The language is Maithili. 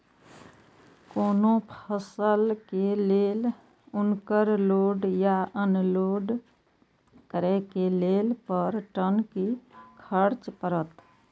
कोनो फसल के लेल उनकर लोड या अनलोड करे के लेल पर टन कि खर्च परत?